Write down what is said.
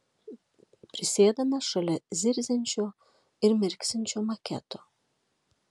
prisėdame šalia zirziančio ir mirksinčio maketo